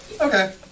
Okay